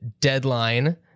Deadline